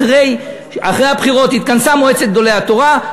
אחרי הבחירות התכנסה מועצת גדולי התורה,